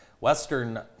Western